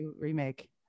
remake